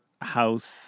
house